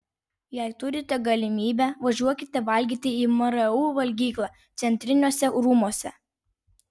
jei turite galimybę važiuokite valgyti į mru valgyklą centriniuose rūmuose